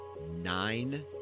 nine